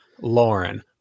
Lauren